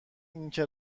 اینکه